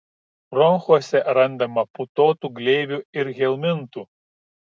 bronchuose randama putotų gleivių ir helmintų